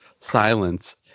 silence